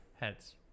Heads